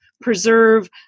preserve